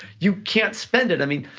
you can't spend it. i mean,